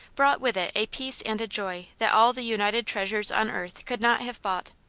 brought with it a peace and a joy that all the united treasures on earth could not have bought.